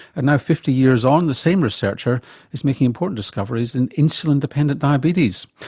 and now, fifty years on, the same researcher is making important discoveries in insulin-dependent diabetes.